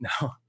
no